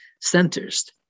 centers